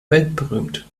weltberühmt